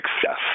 success